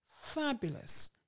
fabulous